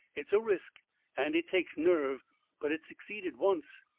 it's a risk and it takes nerve but it succeeded once,